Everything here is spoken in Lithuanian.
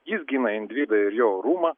jis gina individą ir jo orumą